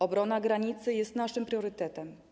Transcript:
Obrona granicy jest naszym priorytetem.